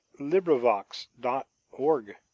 LibriVox.org